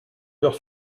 leur